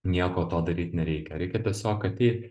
nieko to daryt nereikia reikia tiesiog ateit